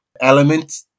element